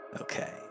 Okay